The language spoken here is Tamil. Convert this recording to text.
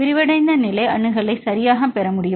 விரிவடைந்த நிலை அணுகலை சரியாகப் பெற முடியும்